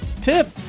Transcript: tip